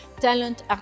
talent